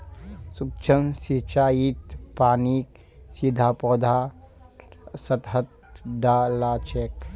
सूक्ष्म सिंचाईत पानीक सीधा पौधार सतहत डा ल छेक